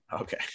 Okay